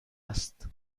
است